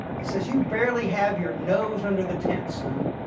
he says you barely have your nose under the tent, son.